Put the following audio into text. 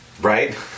Right